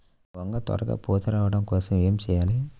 వంగ త్వరగా పూత రావడం కోసం ఏమి చెయ్యాలి?